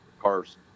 Car's